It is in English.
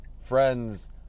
friends